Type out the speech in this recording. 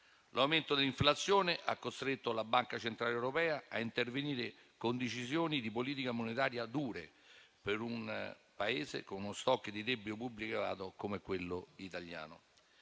L'aumento dell'inflazione ha costretto la Banca centrale europea a intervenire con decisioni di politica monetaria dure per un Paese con uno *stock* di debito pubblico elevato come quello italiano.